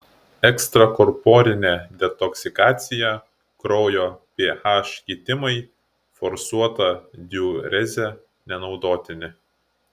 ekstrakorporinė detoksikacija kraujo ph kitimai forsuota diurezė nenaudotini